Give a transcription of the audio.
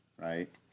Right